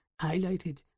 highlighted